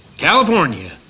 California